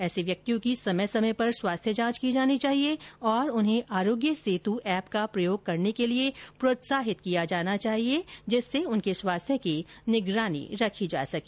ऐसे व्यक्तियों की समय समय पर स्वास्थ्य जांच की जानी चाहिए और उन्हें आरोग्य सेतु एप का प्रयोग करने के लिए प्रोत्साहित किया जाना चाहिए जिससे उनके स्वास्थ्य की निगरानी रखी जा सके